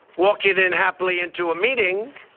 walking in happily into a meeting,